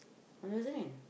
one thousand kan